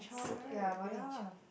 s~ ya